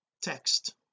text